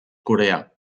coreà